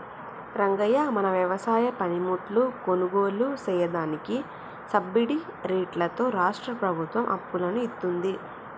రంగయ్య మన వ్యవసాయ పనిముట్లు కొనుగోలు సెయ్యదానికి సబ్బిడి రేట్లతో రాష్ట్రా ప్రభుత్వం అప్పులను ఇత్తుంది